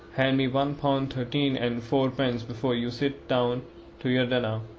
hand me one pound thirteen and fourpence before you sit down to your dinner.